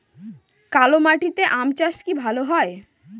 কালো মাটিতে আম চাষ কি ভালো হয়?